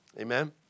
amen